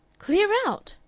clear out?